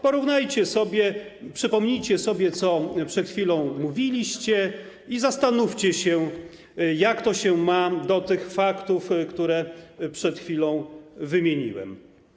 Porównajcie sobie, przypomnijcie sobie, co przed chwilą mówiliście, i zastanówcie się, jak to się ma do tych faktów, które przed chwilą wymieniłem.